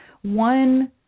One